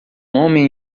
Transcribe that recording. homem